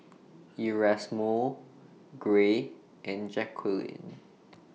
Erasmo Gray and Jacquline